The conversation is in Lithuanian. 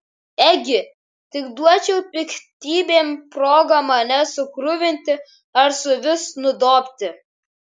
ėgi tik duočiau piktybėm progą mane sukruvinti ar suvis nudobti